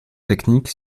technique